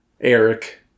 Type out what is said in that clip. Eric